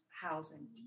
housing